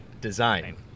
design